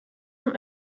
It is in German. zum